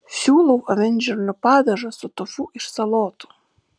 siūlau avinžirnių padažą su tofu iš salotų